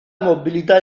mobilità